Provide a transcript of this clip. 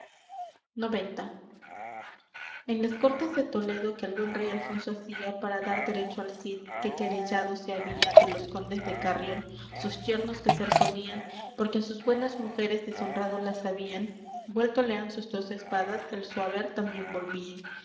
en las cortes de toledo que el buen rey alfonso hacía para dar derecho al cid que querellado se había de los condes de carrión sus yernos que ser solían porque á sus buenas mujeres deshonrado las habían vuelto le han sus dos espadas el su haber también volvían